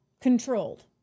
controlled